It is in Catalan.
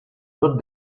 tot